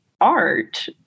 art